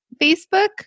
Facebook